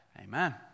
Amen